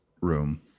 room